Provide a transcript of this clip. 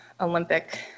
Olympic